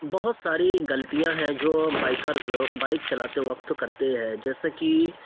بہت ساری گلطیاں ہیں جو بائیکرز بائیک چلاتے وقت کرتے ہیں جیسے کہ